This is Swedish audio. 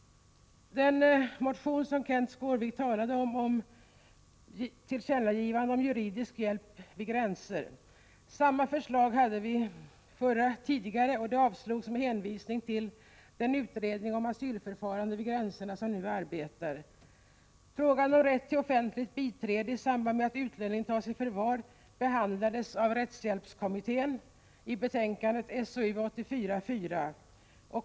Den motion som Kenth Skårvik talade om handlar om ett tillkännagivande om juridisk hjälp vid gränsen. Samma förslag har vi haft tidigare, och det avslogs då med hänvisning till den utredning om asylförfarandet vid gränserna som nu arbetar. i; Frågan om rätt till offentligt biträde i samband med att utlänning tas i offentligt förvar behandlades av rättshjälpskommittén i dess betänkande SOU 1984:4.